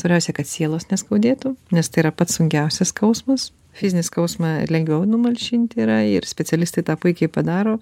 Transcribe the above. svarbiausia kad sielos neskaudėtų nes tai yra pats sunkiausias skausmas fizinį skausmą lengviau numalšinti yra ir specialistai tą puikiai padaro